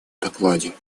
докладе